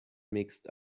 mixed